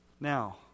Now